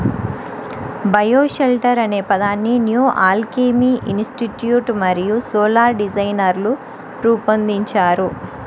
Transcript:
bioshelter అనే పదాన్ని new alchemy institute మరియు సోలార్ డిజైనర్లు రూపొందించారు